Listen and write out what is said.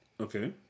Okay